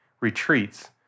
retreats